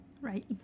Right